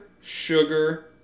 sugar